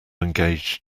engage